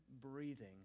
breathing